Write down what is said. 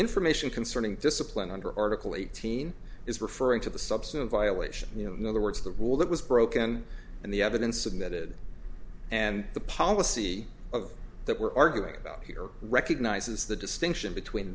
information concerning discipline under article eighteen is referring to the subsume violation you know in other words the rule that was broken and the evidence submitted and the policy of that we're arguing about here recognizes the distinction between